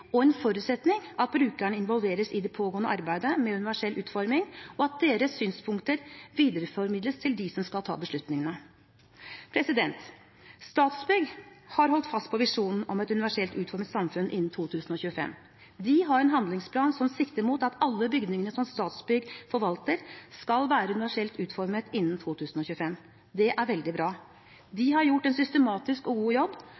og en forutsetning at brukerne involveres i det pågående arbeidet med universell utforming, og at deres synspunkter videreformidles til dem som skal ta beslutningene. Statsbygg har holdt fast på visjonen om et universelt utformet samfunn innen 2025. De har en handlingsplan som sikter mot at alle bygningene som Statsbygg forvalter, skal være universelt utformet innen 2015. Det er veldig bra. De har gjort en systematisk og god jobb.